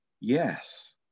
yes